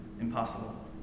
Impossible